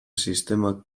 sistema